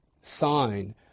sign